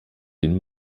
den